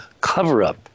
cover-up